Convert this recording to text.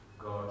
God